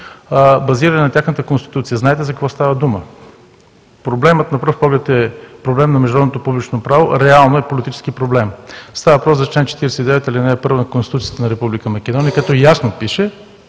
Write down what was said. базирани на тяхната Конституция. Знаете за какво става дума. Проблемът на пръв поглед е проблем на международното публично право, реално е политически проблем. Става въпрос за чл. 49, ал. 1 на Конституцията на Република Македония, като ясно пише,